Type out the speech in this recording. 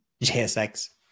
jsx